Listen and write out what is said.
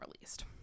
released